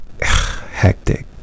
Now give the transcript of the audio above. Hectic